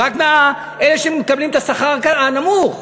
רק מאלה שמקבלים את השכר הנמוך.